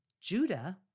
Judah